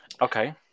Okay